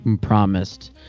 promised